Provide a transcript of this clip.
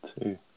Two